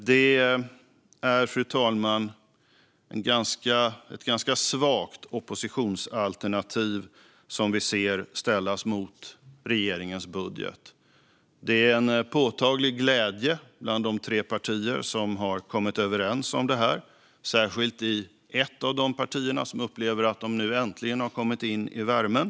Det är, fru talman, ett ganska svagt oppositionsalternativ som vi ser ställas mot regeringens budget. Det är en påtaglig glädje i de tre partier som har kommit överens om detta - särskilt i ett av dem, som upplever att de nu äntligen har kommit in i värmen.